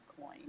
coin